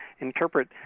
interpret